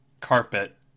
carpet